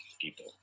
people